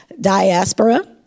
diaspora